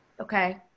Okay